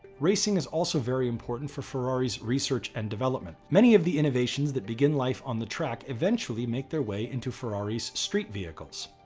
racing is also very important for ferrari research and development. many of the innovations that begin life on the track eventually make their way into ferrari's street vehicles.